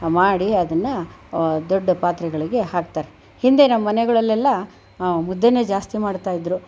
ಮಾಡಿ ಅದನ್ನು ಆ ದೊಡ್ಡ ಪಾತ್ರೆಗಳಿಗೆ ಹಾಕುತ್ತಾರೆ ಹಿಂದೆ ನಮ್ಮ ಮನೆಗಳಲೆಲ್ಲ ಮುದ್ದೆನ ಜಾಸ್ತಿ ಮಾಡ್ತಾಯಿದ್ದರು